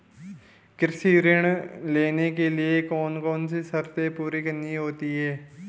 कृषि ऋण लेने के लिए कौन कौन सी शर्तें पूरी करनी होती हैं?